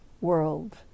world